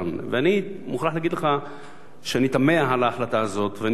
אני מוכרח להגיד לך שאני תמה על ההחלטה הזאת ואני פונה אליך,